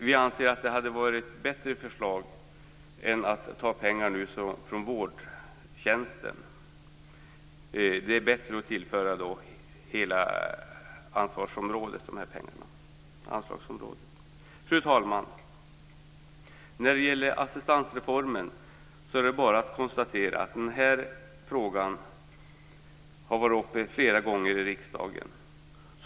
Vi anser att det hade varit ett bättre förslag än att ta pengar från vårdtjänsten. Det är bättre att tillföra dessa pengar till hela anslagsområdet. Fru talman! När det gäller assistansreformen är det bara att konstatera att detta är en fråga som flera gånger tidigare varit uppe i riksdagen.